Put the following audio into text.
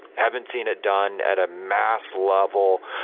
haven't seen it done at a mass level,